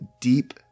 deep